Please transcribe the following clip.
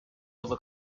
other